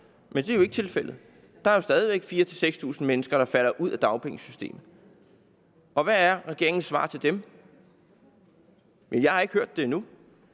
Men det er ikke tilfældet. Der er jo stadig væk 4.000-6.000 mennesker, der falder ud af dagpengesystemet. Hvad er regeringens svar til dem? Jeg har ikke hørt det endnu.